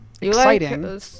exciting